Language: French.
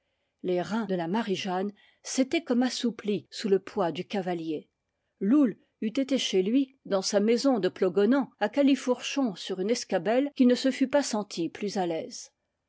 les reins de la marie-jeanne s'étaient comme assouplis sous le poids du cavalier loull eût été chez lui dans sa maison de plogonan à califourchon sur une escabelle qu'il ne se fût pas senti plus à